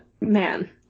man